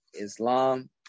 Islam